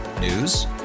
News